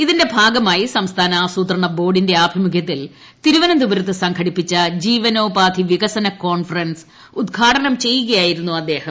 ഇതിന്റെ ഭാഗിമായി സംസ്ഥാന ആസൂത്രണ ബോർഡിന്റെ ആഭിമുഖ്യത്തിൽ ്തിരൂപ്പന്തപുരത്ത് സംഘടിപ്പിച്ച ജീവനോപാധി വികസന കോൺഫറ്റ്ൻസ് ഉദ്ഘാടനം ചെയ്യുകയായിരുന്നു അദ്ദേഹം